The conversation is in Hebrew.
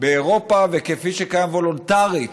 באירופה וכפי שקיים וולונטרית,